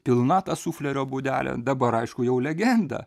pilna ta suflerio būdelė dabar aišku jau legenda